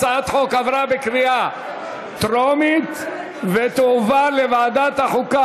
הצעת החוק עברה בקריאה טרומית ותועבר לוועדת החוקה,